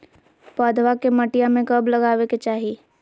पौधवा के मटिया में कब लगाबे के चाही?